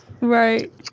Right